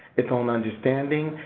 its own understanding,